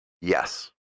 Yes